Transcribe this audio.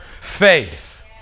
faith